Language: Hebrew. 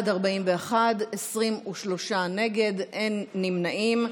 23 נגד, אין נמנעים.